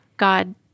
God